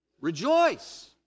Rejoice